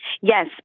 Yes